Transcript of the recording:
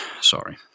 Sorry